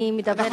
אני מדברת על,